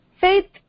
Faith